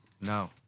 No